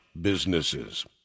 businesses